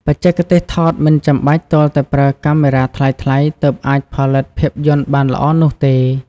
បច្ចេកទេសថតមិនចាំបាច់ទាល់តែប្រើកាមេរ៉ាថ្លៃៗទើបអាចផលិតភាពយន្តបានល្អនោះទេ។